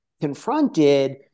confronted